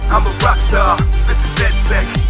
i'm a rockstar this is deadsec,